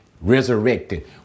resurrected